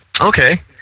Okay